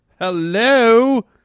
Hello